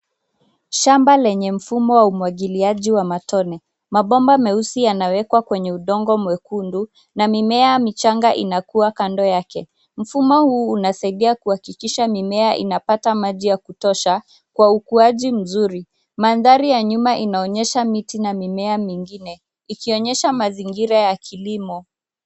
Shamba lenye mfumo wa umwagiliaji wa matone. Mabomba meusi yanawekwa kwenye udongo mwekundu na mimea michanga inakuwa kando yake. Mfumo huu unasaidia kuhakikisha mimea inapata maji ya kutosha kwa ukuaji mzuri. Mandhari ya nyuma inaonyesha miti na mimea mingine, ikionyesha mazingira ya kilimo.